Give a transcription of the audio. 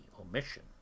omission